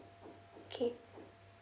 okay